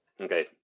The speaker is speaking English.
okay